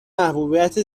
محبوبیت